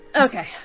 Okay